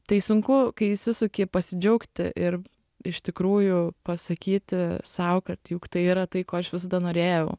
tai sunku kai įsisuki pasidžiaugti ir iš tikrųjų pasakyti sau kad juk tai yra tai ko aš visada norėjau